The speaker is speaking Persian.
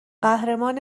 قهرمان